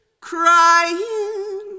crying